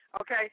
Okay